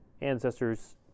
ancestors